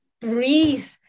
breathe